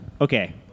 Okay